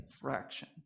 fraction